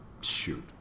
Shoot